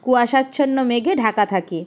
কুয়াশাচ্ছন্ন মেঘে ঢাকা থাকে